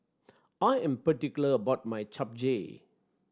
I am particular about my Japchae